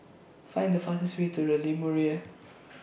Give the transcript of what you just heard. Find The fastest Way to The Lumiere